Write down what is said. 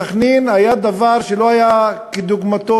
בסח'נין היה דבר שלא היה כדוגמתו,